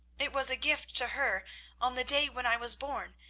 it was a gift to her on the day when i was born,